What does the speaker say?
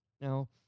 Now